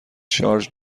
شارژ